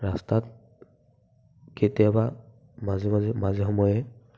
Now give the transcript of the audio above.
ৰাস্তাত কেতিয়াবা মাজে মাজে মাজে সময়ে